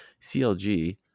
CLG